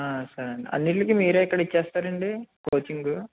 సరేండి అన్నిటికి మీరే ఇక్కడ ఇచ్చేస్తారా అండి కోచింగు